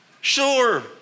Sure